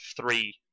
three